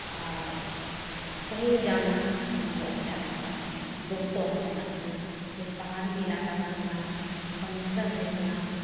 اور کہیں جانا ہم کو اچھا لگتا ہو دوستوں اور کے ساتھ میں صرف پہاڑی علاقہ گھومنا سمندر دیکھنا